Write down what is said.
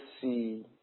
see